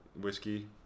whiskey